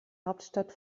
hauptstadt